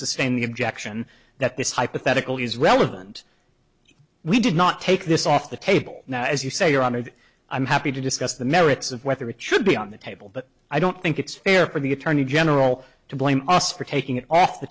sustain the objection that this hypothetical is relevant we did not take this off the table now as you say your honor i'm happy to discuss the merits of whether it should be on the table but i don't think it's fair for the attorney general to blame us for taking it off the